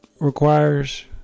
Requires